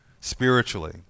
spiritually